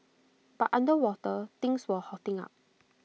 but underwater things were hotting up